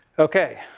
okay.